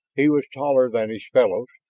he was taller than his fellows,